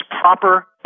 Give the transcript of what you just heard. proper